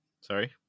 Sorry